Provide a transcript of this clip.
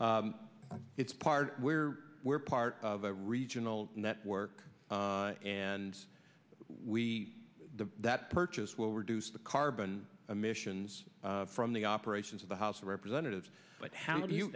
it's part where we're part of a regional network and we the that purchase will reduce the carbon emissions from the operations of the house of representatives but how do you